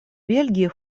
бельгии